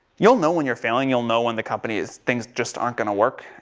you'll know when you're failing, you'll know when the company is, things just aren't going to work,